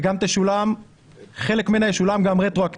וגם חלק ממנה ישולם רטרואקטיבית.